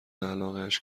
علاقش